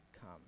come